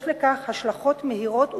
יש לכך השלכות מהירות וצפויות,